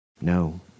No